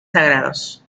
sagrados